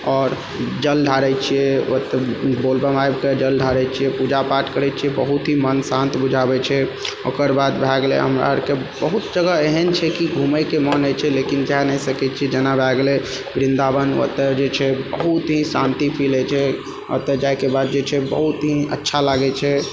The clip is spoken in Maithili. आओर जल ढ़ारै छियै ओतय बोलबम आबिके जल ढ़ारै छियै पूजा पाठ करै छियै बहुत ही मन शान्त बुझाबै छै ओकरबाद भए गेलै हमरा आरके बहुत जगह एहन छै कि घुमैके मोन होइ छै लेकिन जा नहि सकै छी जेना भए गेलै वृन्दावन ओतय जे छै बहुत ही शान्ति फील होइछै ओतय जाइके बाद जे छै बहुत ही अच्छा लागै छै